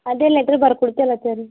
ಅದೆ ಲೆಟ್ರ್ ಬರ್ದು ಕೊಡ್ತೀವಲ್ಲ ಸರ್